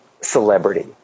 celebrity